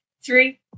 Three